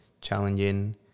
challenging